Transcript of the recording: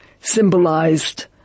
symbolized